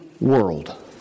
world